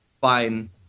fine